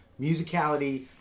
musicality